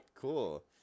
Cool